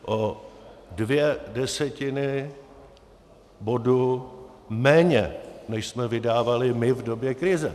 O dvě desetiny bodu méně, než jsme vydávali my v době krize.